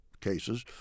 cases